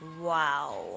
Wow